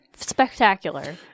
spectacular